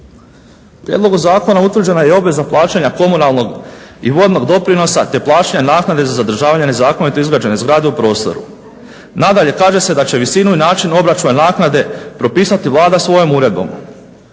U prijedlogu zakona utvrđena je i obaveza plaćanja komunalnog i vodnog doprinosa te plaćanja naknade za zadržavanje nezakonito izgrađene zgrade u prostoru. Nadalje, kaže se da će visinu i način obračuna naknade propisati Vlada svojom uredbom.